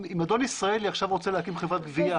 אם מישהו רוצה להקים חברת גבייה,